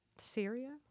Syria